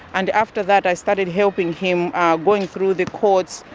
and after that i started helping him going through the courts,